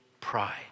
pride